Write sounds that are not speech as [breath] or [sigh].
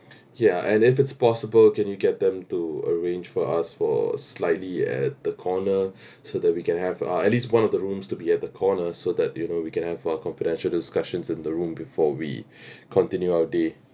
ya and if it's possible can you get them to arrange for us for slightly at the corner [breath] so that we can have our at least one of the rooms to be at the corner so that you know we can have our confidential discussions in the room before we [breath] continue our day